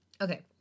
Okay